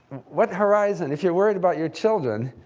what horizon, if you're worried about your children,